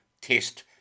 test